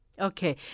Okay